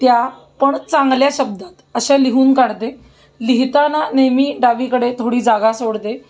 त्या पण चांगल्या शब्दात अशा लिहून काढते लिहिताना नेहमी डावीकडे थोडी जागा सोडते